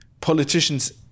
politicians